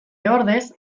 ordez